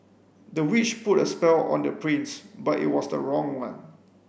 the witch put a spell on the prince but it was the wrong one